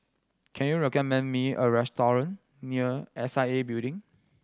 can you recommend me a restaurant near S I A Building